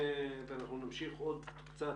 אוקיי.